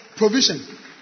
provision